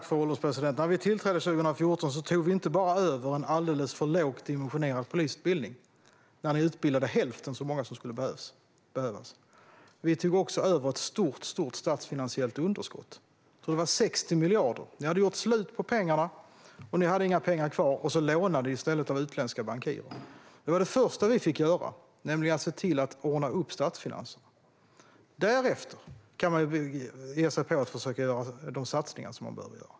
Fru ålderspresident! När vi tillträdde 2014 tog vi inte bara över en alldeles för lågt dimensionerad polisutbildning, där ni utbildade hälften så många som skulle ha behövts. Vi tog också över ett stort statsfinansiellt underskott på 60 miljarder, tror jag att det var. Ni hade gjort slut på pengarna. Ni hade inga pengar kvar, och ni lånade i stället av utländska bankirer. Det första vi fick göra var alltså att se till att ordna upp statsfinanserna. Därefter skulle man kunna ge sig på att försöka göra de satsningar som behöver göras.